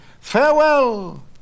Farewell